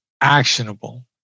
actionable